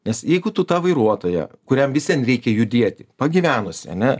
nes jeigu tu tą vairuotoją kuriam vis vien reikia judėti pagyvenusį ane